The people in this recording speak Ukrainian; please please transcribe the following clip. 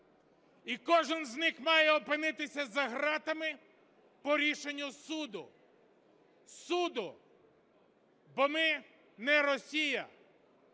І кожен з них має опинитися за ґратами по рішенню суду. Суду, бо ми не Росія.